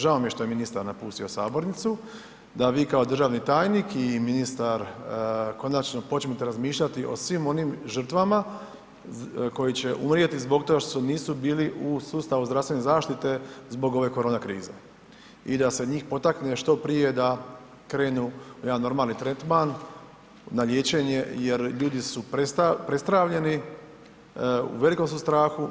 Žao mi je što je ministar napustio sabornicu da vi kao državni tajnik i ministar konačno počnete razmišljati o svim onim žrtvama koji će umrijeti zbog toga što nisu bili u sustavu zdravstvene zaštite zbog ove korona krize i da se njih potakne što prije da krenu u jedan normalni tretman na liječenje jer ljudi su prestravljeni, u velikom su strahu.